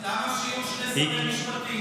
למה שיהיו שני שרי משפטים?